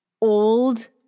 old